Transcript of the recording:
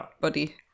buddy